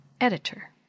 Editor